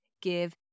give